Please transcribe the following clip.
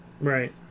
Right